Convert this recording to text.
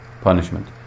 punishment